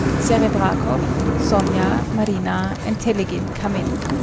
serebrakoff, sonia, marina, and telegin come in.